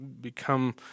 become